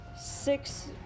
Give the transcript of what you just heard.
six